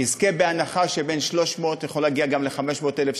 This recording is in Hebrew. יזכה בהנחה של בין 300,000 שקל,